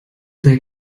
there